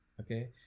okay